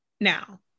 now